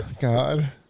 God